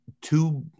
two